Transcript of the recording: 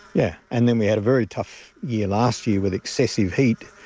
yeah, and then we had a very tough year last year with excessive heat,